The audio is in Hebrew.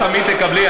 לא תמיד תקבלי.